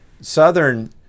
Southern